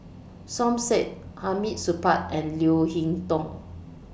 Som Said Hamid Supaat and Leo Hee Tong